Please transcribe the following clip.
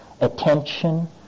attention